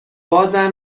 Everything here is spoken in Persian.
بازم